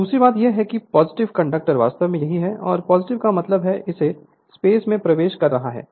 और दूसरी बात यह है कि कंडक्टर वास्तव में यही है और का मतलब है कि इस स्पेस में प्रवेश कर रहा है